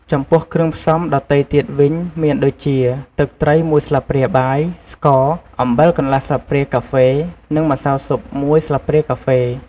ចំពោះគ្រឿងផ្សំដទៃទៀតវិញ មានដូចជា ទឹកត្រីមួយស្លាបព្រាបាយ ស្ករ អំបិលកន្លះស្លាបព្រាកាហ្វេ និងម្សៅស៊ុបមួយស្លាបព្រាកាហ្វេ។